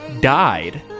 died